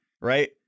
right